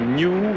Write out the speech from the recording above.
new